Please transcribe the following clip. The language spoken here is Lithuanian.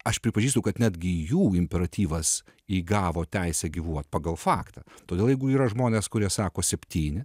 aš pripažįstu kad netgi jų imperatyvas įgavo teisę gyvuot pagal faktą todėl jeigu yra žmonės kurie sako septyni